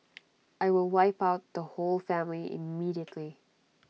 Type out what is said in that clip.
I will wipe out the whole family immediately